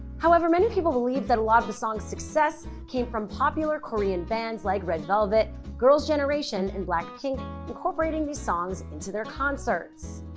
however many people believe that a lot of the songs success came from popular korean bands like red velvet, girls generation and black pink incorporating these songs into their concerts.